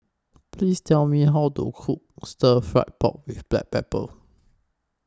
Please Tell Me How to Cook Stir Fried Pork with Black Pepper